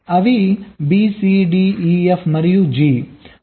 అవి B C D E F మరియు G